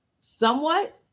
somewhat